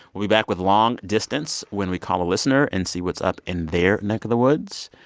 we'll be back with long distance when we call a listener and see what's up in their neck of the woods.